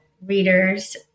readers